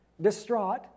distraught